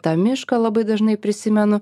tą mišką labai dažnai prisimenu